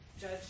judge